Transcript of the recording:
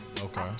Okay